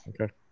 Okay